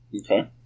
okay